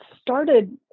started